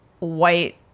white